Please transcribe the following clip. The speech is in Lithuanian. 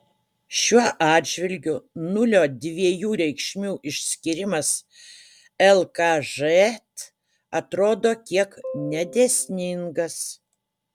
šiuo atžvilgiu nulio dviejų reikšmių išskyrimas lkž atrodo kiek nedėsningas